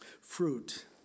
Fruit